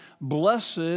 Blessed